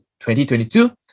2022